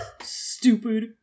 Stupid